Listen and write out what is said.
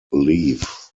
leave